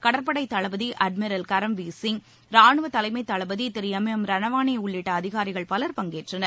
கடற்படை தளபதி அட்மிரல் கரம்வீர் சிங் ரானுவ தலைமை தளபதி திரு எம் எம் ரணவனே உள்ளிட்ட அதிகாரிகள் பலர் பங்கேற்றனர்